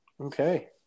Okay